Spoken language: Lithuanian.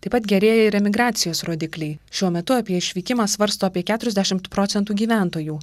taip pat gerėja ir emigracijos rodikliai šiuo metu apie išvykimą svarsto apie keturiasdešimt procentų gyventojų